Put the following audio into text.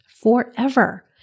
forever